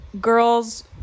girls